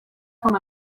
com